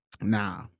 nah